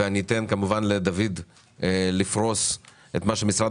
ואני אתן כמובן לדוד לפרוס את מה שמשרד